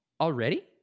already